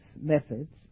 methods